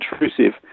intrusive